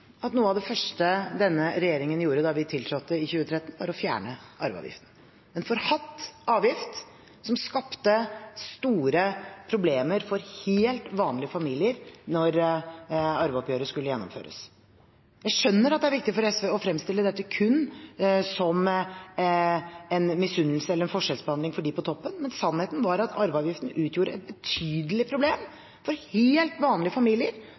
at noe av det første denne regjeringen gjorde da vi tiltrådte i 2013, var å fjerne arveavgiften, en forhatt avgift som skapte store problemer for helt vanlige familier når arveoppgjøret skulle gjennomføres. Jeg skjønner at det er viktig for SV å fremstille dette kun som misunnelse eller en forskjellsbehandling for dem på toppen, men sannheten er at arveavgiften utgjorde et betydelig problem for helt vanlige familier